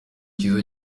cyiza